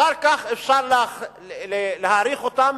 אחר כך אפשר להאריך אותן